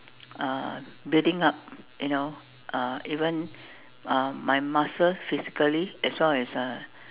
uh building up you know uh even uh my muscles physically as well as uh